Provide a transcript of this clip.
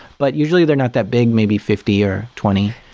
but usually they're not that big, maybe fifty or twenty.